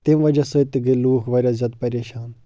تَمہِ وجہ سۭتۍ تہِ گٔے لوٗکھ واریاہ زیادٕ پریشان